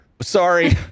Sorry